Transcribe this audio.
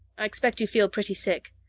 i expect you feel pretty sick.